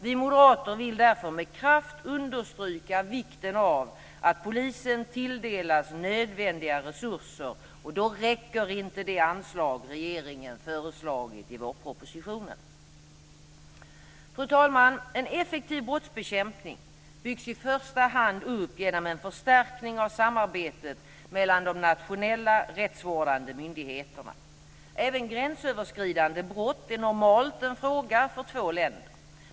Vi moderater vill därför med kraft understryka vikten av att polisen tilldelas nödvändiga resurser, och då räcker inte det anslag som regeringen föreslagit i vårpropositionen. Fru talman! En effektiv brottsbekämpning byggs i första hand upp genom en förstärkning av samarbetet mellan de nationella rättsvårdande myndigheterna. Även gränsöverskridande brott är normalt en fråga för två länder.